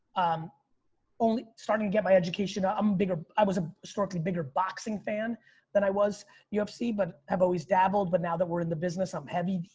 i'm only starting to get my education. ah i'm bigger. i was ah historically a bigger boxing fan than i was ufc, but i've always dabbled. but now that we're in the business, i'm heavy.